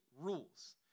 rules